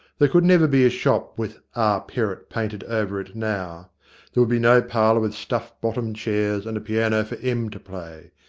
there could never be a shop with r. perrott painted over it, now there would be no parlour with stuff-bottomed chairs and a piano for em to play.